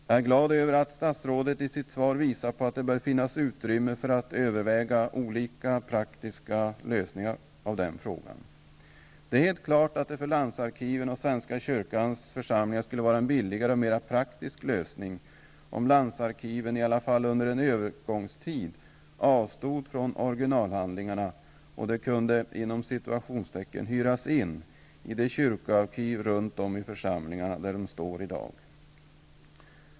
Jag är glad över att statsrådet i sitt svar visar på att det bör finnas utrymme för att överväga olika praktiska lösningar av den frågan. Det är helt klart att det för landsarkiven och svenska kyrkans församlingar skulle vara en billigare och mera praktisk lösning om landsarkiven i alla fall under en övergångstid avstod från originalhandlingarna och att dessa kunde ''hyras in'' i de kyrkoarkiv runt om i församlingarna där de står i dag.